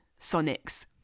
sonics